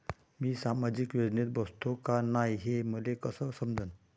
मी सामाजिक योजनेत बसतो का नाय, हे मले कस समजन?